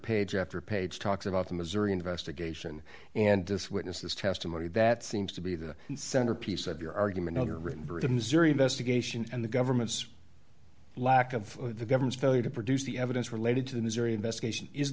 page after page talks about the missouri investigation and this witness this testimony that seems to be the centerpiece of your argument other rittenberg of missouri investigation and the government's lack of the government's failure to produce the evidence related to the missouri investigation is